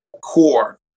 core